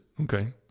Okay